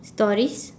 stories